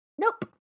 nope